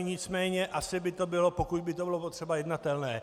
Nicméně asi by to bylo, pokud by to bylo potřeba, jednatelné.